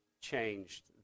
changed